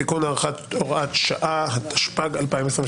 (תיקון) (הארכת הוראת שעה) התשפ"ג-2023,